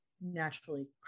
naturally